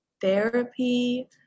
therapy